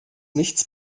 nichts